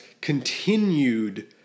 continued